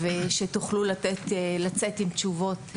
שתוכלו לצאת עם תשובות.